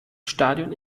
stadion